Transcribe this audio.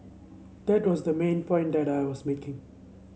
that was the main point that I was making